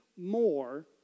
more